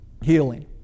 healing